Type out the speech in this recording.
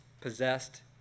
possessed